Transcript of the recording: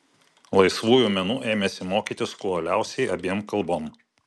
laisvųjų menų ėmėsi mokytis kuo uoliausiai abiem kalbom